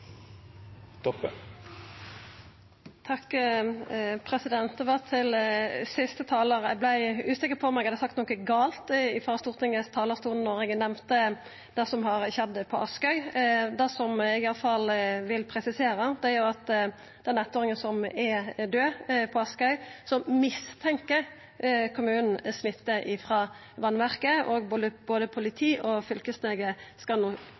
3 minutt. Det var til siste talar: Eg vart usikker på om eg hadde sagt noko gale frå Stortingets talarstol da eg nemnde det som har skjedd på Askøy. Det som eg iallfall vil presisera, er at når det gjeld den eittåringen som er død på Askøy, så mistenkjer kommunen smitte frå vassverket, og både politi og fylkeslege skal no